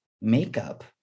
makeup